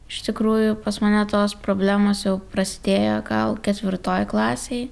iš tikrųjų pas mane tos problemos jau prasidėjo gal ketvirtoj klasėj